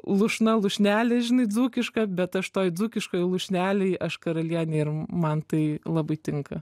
lūšna lūšnelė žinai dzūkiška bet aš toj dzūkiškoj lūšnelėj aš karalienė ir man tai labai tinka